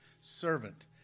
servant